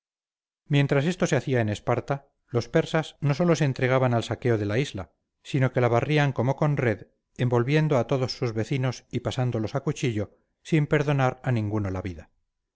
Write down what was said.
mientras esto se hacía en esparta los persas no sólo entregaban al saqueo la isla de samos sino que la barrían como con red envolviendo a todos sus vecinos y pasándolos a cuchillo sin perdonar a ninguno la vida